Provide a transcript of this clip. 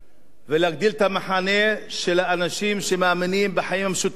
ולהגדיל את המחנה של האנשים שמאמינים בחיים משותפים,